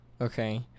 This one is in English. Okay